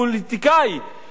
במדינת ישראל,